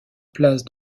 place